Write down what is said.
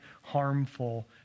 harmful